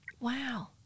wow